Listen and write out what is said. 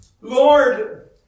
lord